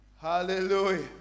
Hallelujah